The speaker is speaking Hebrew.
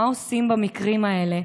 מה עושים במקרים האלה,